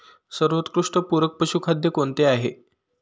सर्वोत्कृष्ट पूरक पशुखाद्य कोणते आहे?